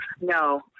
No